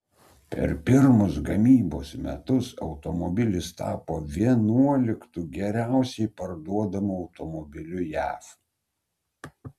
per pirmus gamybos metus automobilis tapo vienuoliktu geriausiai parduodamu automobiliu jav